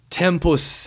tempus